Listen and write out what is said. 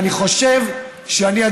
ואני חושב שאני,